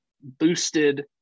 boosted